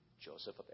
Joseph